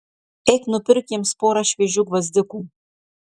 eik nupirk jiems porą šviežių gvazdikų